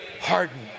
hardened